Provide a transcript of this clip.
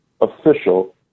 official